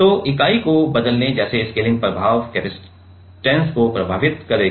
तो इकाई को बदलने जैसा स्केलिंग प्रभाव कपसिटंस को प्रभावित करेगा